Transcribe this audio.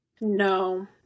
No